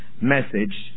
message